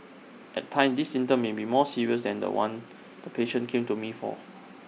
at times this symptom may be more serious than The One the patient came to me for